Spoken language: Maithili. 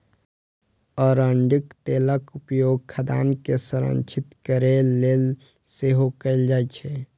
अरंडीक तेलक उपयोग खाद्यान्न के संरक्षित करै लेल सेहो कैल जाइ छै